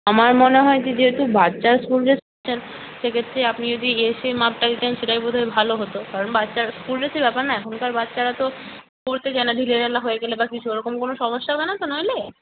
আমার মনে হয় যে যেহেতু বাচ্চার স্কুল ড্রেস নিচ্ছেন সেক্ষেত্রে আপনি যদি এসে মাপটা দিতেন সেটাই বোধ হয় ভালো হতো কারণ বাচ্চার স্কুল ড্রেসের ব্যাপার না এখনকার বাচ্চারা তো পরতে চায় না ঢিলে ঢালা হয়ে গেলে বা কিছু ওরকম কোনো সমস্যা হবে না তো নইলে